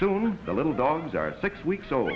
soon the little dogs are six weeks old